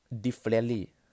differently